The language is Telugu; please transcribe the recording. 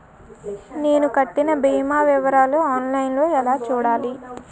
నేను కట్టిన భీమా వివరాలు ఆన్ లైన్ లో ఎలా చూడాలి?